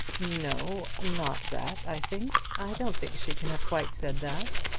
no not that, i think. i don't think she can have quite said that.